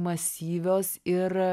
masyvios ir